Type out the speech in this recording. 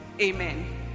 Amen